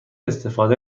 استفاده